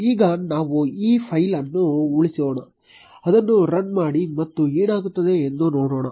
ಈಗ ನಾವು ಈ ಫೈಲ್ ಅನ್ನು ಉಳಿಸೋಣ ಅದನ್ನು ರನ್ ಮಾಡಿ ಮತ್ತು ಏನಾಗುತ್ತದೆ ಎಂದು ನೋಡೋಣ